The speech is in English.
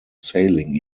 sailing